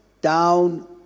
down